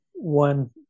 one